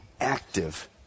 active